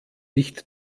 nicht